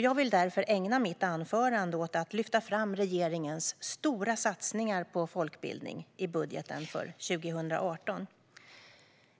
Jag vill därför ägna mitt anförande åt att lyfta fram regeringens stora satsningar på folkbildning i budgeten för 2018.